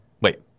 Wait